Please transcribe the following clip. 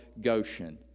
Goshen